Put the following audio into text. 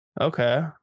Okay